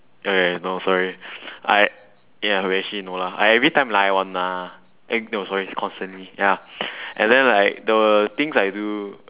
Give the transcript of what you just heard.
lie no sorry I ya okay actually no lah I every time lie one lah eh no sorry is constantly ya and then like the things I do